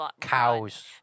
Cows